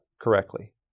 correctly